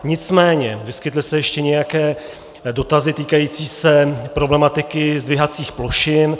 Nicméně vyskytly se ještě nějaké dotazy týkající se problematiky zdvihacích plošin.